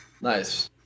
Nice